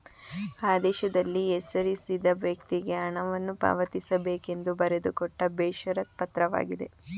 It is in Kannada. ಆದೇಶದಲ್ಲಿ ಹೆಸರಿಸಿದ ವ್ಯಕ್ತಿಗೆ ಹಣವನ್ನು ಪಾವತಿಸಬೇಕೆಂದು ಬರೆದುಕೊಟ್ಟ ಬೇಷರತ್ ಪತ್ರವಾಗಿದೆ